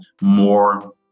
more